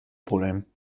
problem